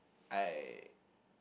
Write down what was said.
I